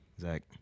zach